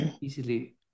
easily